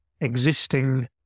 existing